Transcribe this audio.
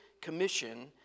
commission